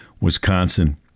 Wisconsin